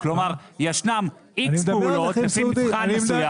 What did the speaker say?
כלומר ישנם X פעולות לפי מבחן מסוים